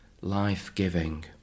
life-giving